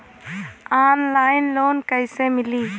Online loan कइसे मिली?